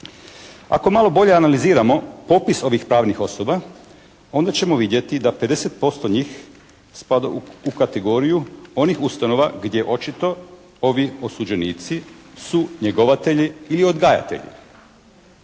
Ako malo bolje analiziramo popis ovih pravnih osoba onda ćemo vidjeti da 50% njih spada u kategoriju onih ustanova gdje očito ovi osuđenici su njegovatelji i odgajatelji.